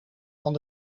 van